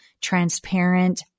transparent